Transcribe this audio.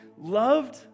loved